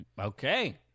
okay